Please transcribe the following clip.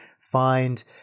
find